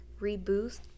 reboost